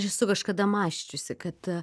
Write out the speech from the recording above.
aš esu kažkada mąsčiusi kad